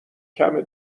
کمه